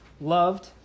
loved